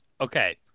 okay